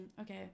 Okay